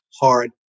hard